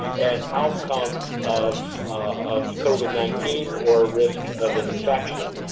and outcome of of covid nineteen or risk of infection.